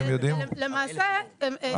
הראל ומור.